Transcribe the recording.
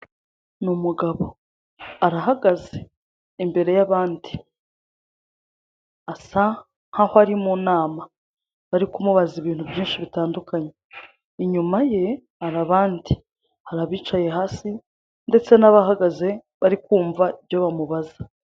Ni umugabo arahagaze imbere y'abandi, asa nk'aho ari mu nama bari kumubaza ibintu byinshi bitandukanye, inyuma ye hari abandi hari abicaye hasi ndetse n'abahagaze bari kumva ibyo bamubaza.